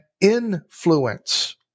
influence